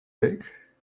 week